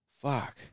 fuck